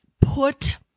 put